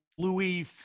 Louis